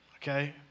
Okay